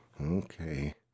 Okay